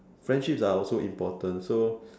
friendships are also important so